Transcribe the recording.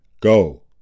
go